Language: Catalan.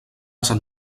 sant